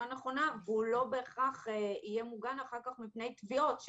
נכונה והוא לא בהכרח יהיה מוגן אחר כך מפני תביעות.